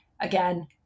again